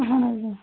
اہن حٲز آ